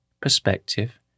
perspective